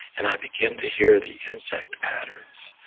and i begin to hear the insect patterns,